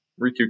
Riku